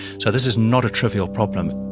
so this is not a trivial problem.